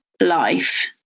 life